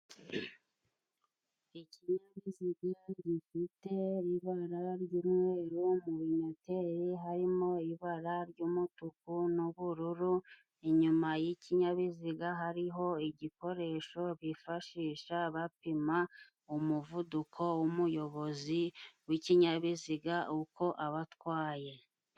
Ikinyabiziga gifitete ibara ry'umweru mu binyoteri harimo ibara ry'umutuku n'ubururu , inyuma y'ikinyabiziga hariho igikoresho bifashisha bapima umuvuduko w'umuyobozi w'ikinyabiziga uko aba atwaye.